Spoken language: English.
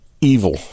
evil